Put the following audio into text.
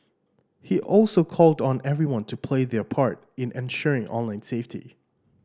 he also called on everyone to play their part in ensuring online safety